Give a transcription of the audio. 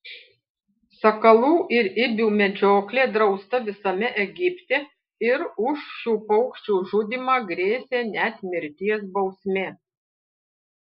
sakalų ir ibių medžioklė drausta visame egipte ir už šių paukščių žudymą grėsė net mirties bausmė